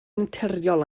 naturiol